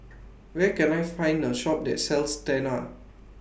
Where Can I Find A Shop that sells Tena